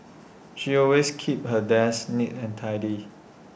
she always keeps her desk neat and tidy